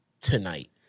tonight